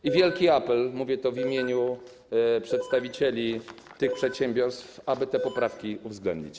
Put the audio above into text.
I wielki apel, mówię to w imieniu przedstawicieli tych przedsiębiorstw, aby te poprawki uwzględnić.